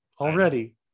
already